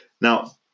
Now